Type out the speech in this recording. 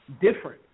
different